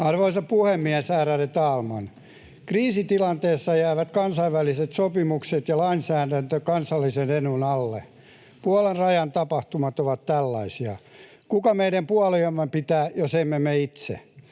Arvoisa puhemies! Ärade talman! Kriisitilanteessa jäävät kansainväliset sopimukset ja lainsäädäntö kansallisen edun alle. Puolan rajan tapahtumat ovat tällaisia. Kuka meidän puoliamme pitää, jos emme me itse?